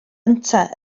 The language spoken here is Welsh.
ynte